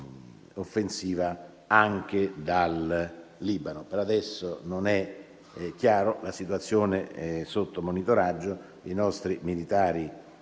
Per adesso non è chiaro, la situazione è sotto monitoraggio, i nostri 1.100 militari